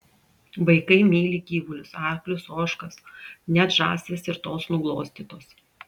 vaikai myli gyvulius arklius ožkas net žąsys ir tos nuglostytos